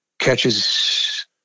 Catches